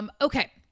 Okay